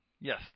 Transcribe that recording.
yes –